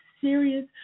serious